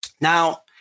Now